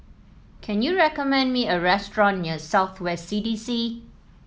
can you recommend me a restaurant near South West C D C